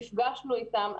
נפגשנו אתם,